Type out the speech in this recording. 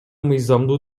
мыйзамдуу